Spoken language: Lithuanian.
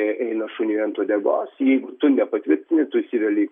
eina šuniui ant uodegos jeigu tu nepatvirtini tu įsiveli į